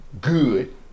good